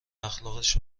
اخلاقش